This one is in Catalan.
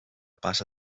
passa